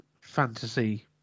fantasy